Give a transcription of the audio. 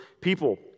people